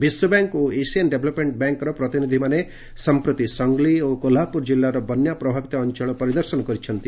ବିଶ୍ୱବ୍ୟାଙ୍କ୍ ଓ Asian development ବ୍ୟାଙ୍କ୍ର ପ୍ରତିନିଧିମାନେ ସମ୍ପ୍ରତି ସଙ୍ଗ୍ଲି ଓ କୋହ୍ଲାପୁର ଜିଲ୍ଲାର ବନ୍ୟା ପ୍ରଭାବିତ ଅଞ୍ଚଳ ପରିଦର୍ଶନ କରିଛନ୍ତି